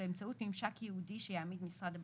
באמצעות ממשק ייעודי שיעמיד משרד הבריאות,